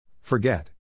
Forget